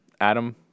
Adam